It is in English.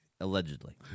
Allegedly